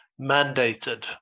mandated